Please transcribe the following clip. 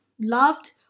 loved